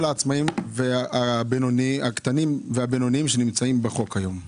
העצמאים הקטנים והבינוניים שנמצאים בחוק כיום.